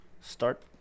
start